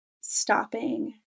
stopping